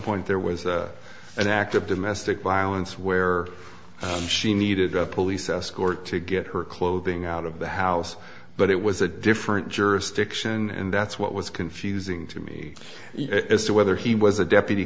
point there was an act of domestic violence where she needed a police escort to get her clothing out of the house but it was a different jurisdiction and that's what was confusing to me as to whether he was a deputy